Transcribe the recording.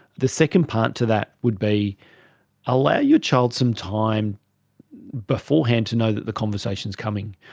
the second part to that would be allow your child some time beforehand to know that the conversation is coming.